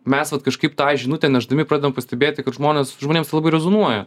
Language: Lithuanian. mes vat kažkaip tą žinutę nešdami pradedam pastebėti kad žmonės žmonėms tai labai rezonuoja